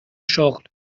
شغل